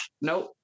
nope